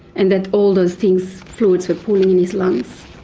and that all those things, fluids were pooling in his lungs.